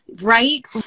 Right